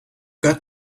got